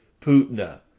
Putna